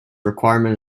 requirement